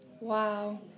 Wow